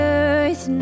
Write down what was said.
earth